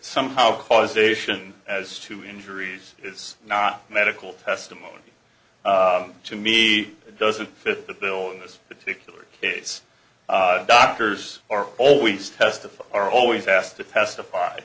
somehow caused ation as to injuries is not medical testimony to me it doesn't fit the bill in this particular case doctors are always testified are always asked to testify